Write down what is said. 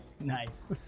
Nice